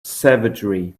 savagery